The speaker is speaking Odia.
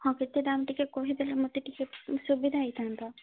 ହଁ କେତେ ଦାମ୍ ଟିକେ କହିଦେଲେ ମୋତେ ଟିକେ ସୁବିଧା ହୋଇଥାନ୍ତା